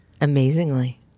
Amazingly